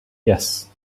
yes